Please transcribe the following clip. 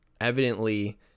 evidently